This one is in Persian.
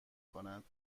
کند